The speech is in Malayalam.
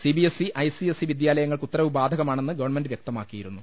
C B S E I C S E വിദ്യാലയങ്ങൾക്ക് ഉത്തരവ് ബാധകമാണെന്ന് ഗവൺമെന്റ് വ്യക്തമാക്കിയിരുന്നു